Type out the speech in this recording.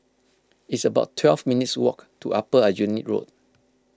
it's about twelve minutes' walk to Upper Aljunied Road